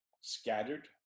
scattered